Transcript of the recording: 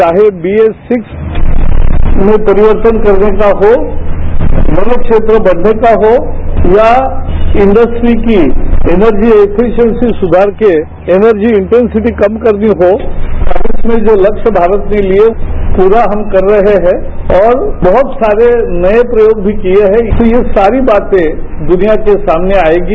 चाहे बीए छः में परिवर्तन करने का हो वन क्षेत्र बढ़ने का हो या इंड्स्ट्री की एनर्जी एफिसिएशी सुधार के एनर्जी इंटेसिटी कम करनी हो पेरिस में जो लक्ष्य भारत के लिए पूरा हम कर रहे हैं और बहुत सारे नये प्रयोग भी किए हैं तो ये सारी बातें दुनिया के सामने आएंगी